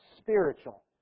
spiritual